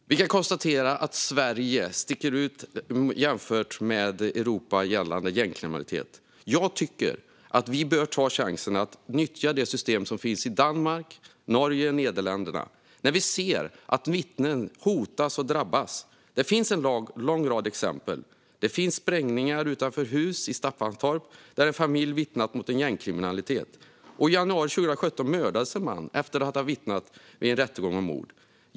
Fru talman! Vi kan konstatera att Sverige sticker ut i Europa gällande gängkriminalitet. Jag tycker att vi bör ta chansen att nyttja det system som finns i Danmark, Norge och Nederländerna, när vi ser att vittnen hotas och drabbas. Det finns en lång rad exempel. Det har utförts sprängningar utanför hus i Staffanstorp när en familj vittnat mot gängkriminalitet. I januari 2017 mördades en man efter att ha vittnat vid en rättegång om mord.